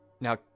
Now